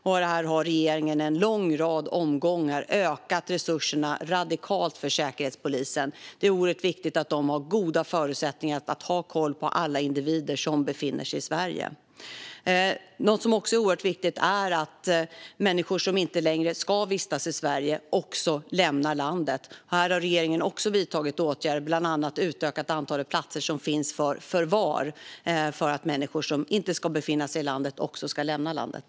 Regeringen har under en lång rad omgångar radikalt ökat resurserna till Säkerhetspolisen. Det är oerhört viktigt att Säkerhetspolisen har goda förutsättningar att ha koll på alla individer som befinner sig i Sverige. Det är också oerhört viktigt att människor som inte längre ska vistas i Sverige lämnar landet. Regeringen har vidtagit åtgärder för detta, bland annat genom att utöka antalet platser för förvar så att människor som inte ska befinna sig här ska lämna landet.